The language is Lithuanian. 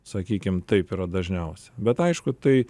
sakykim taip yra dažniausia bet aišku tai